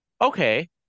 Okay